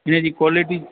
हिनजी क्वालिटी